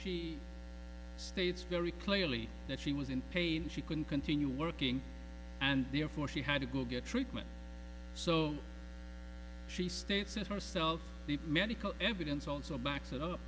she states very clearly that she was in pain she couldn't continue working and therefore she had to go get treatment so she states as ourself the medical evidence also backs it up